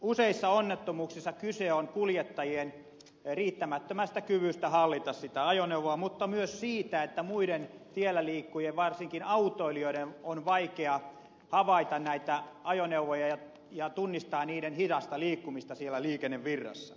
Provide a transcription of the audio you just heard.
useissa onnettomuuksissa kyse on kuljettajien riittämättömästä kyvystä hallita sitä ajoneuvoa mutta myös siitä että muiden tiellä liikkujien varsinkin autoilijoiden on vaikea havaita näitä ajoneuvoja ja tunnistaa niiden hidasta liikkumista siellä liikennevirrassa